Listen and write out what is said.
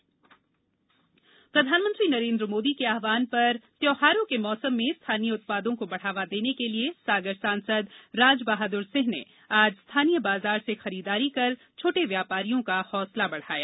vocal for local प्रधानमंत्री नरेंद्र मोदी जी के आह्वान पर त्योहारों के मौसम में स्थानीय उत्पादों को बढ़ावा देने के लिए सागर सांसद राजबहादुर सिंह ने आज स्थानीय बाजार से खरीददारी कर छोटे व्यापारियों का हौसला बढ़ाया